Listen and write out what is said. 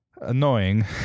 annoying